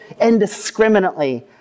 indiscriminately